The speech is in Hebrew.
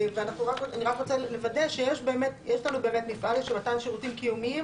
ואני רק רוצה לוודא שיש לנו באמת "מפעל למתן שירותים קיומיים",